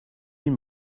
mean